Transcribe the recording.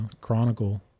Chronicle